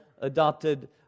adopted